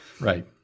Right